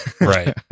Right